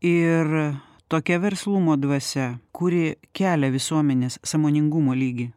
ir tokia verslumo dvasia kuri kelia visuomenės sąmoningumo lygį